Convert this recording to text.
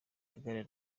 aganira